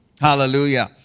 Hallelujah